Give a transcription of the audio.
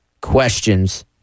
questions